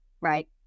right